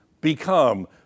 become